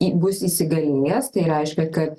į bus įsigalėjęs tai reiškia kad